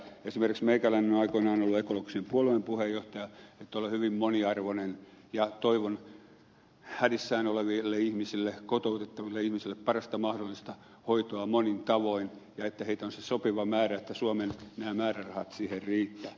esimerkiksi meikäläinen on ollut aikoinaan ekologisen puolueen puheenjohtaja niin että olen hyvin moniarvoinen ja toivon hädissään oleville ihmisille kotoutettaville ihmisille parasta mahdollista hoitoa monin tavoin ja sitä että heitä on se sopiva määrä että suomen määrärahat siihen riittävät